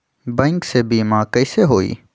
Bank से बिमा कईसे होई?